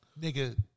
nigga